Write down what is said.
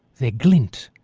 their glint,